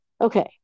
Okay